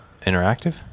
interactive